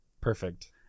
Perfect